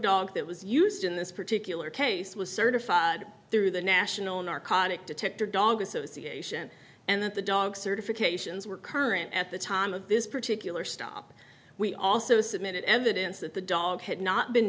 dog that was used in this particular case was certified through the national narcotic detector dog association and that the dog certifications were current at the time of this particular stop we also submitted evidence that the dog had not been